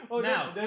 now